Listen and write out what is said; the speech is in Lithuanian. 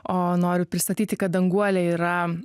o noriu pristatyti kad danguolė yra